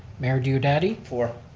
mayor diodati. for.